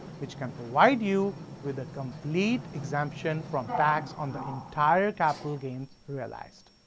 which can provide you with a complete exemption from tax on the entire capital gain realized.